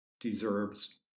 deserves